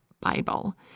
Bible